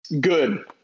good